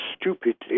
stupidly